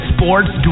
Sports